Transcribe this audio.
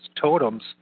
totems